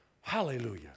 Hallelujah